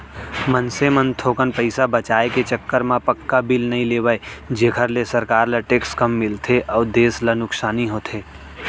मनसे मन थोकन पइसा बचाय के चक्कर म पक्का बिल नइ लेवय जेखर ले सरकार ल टेक्स कम मिलथे अउ देस ल नुकसानी होथे